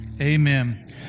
Amen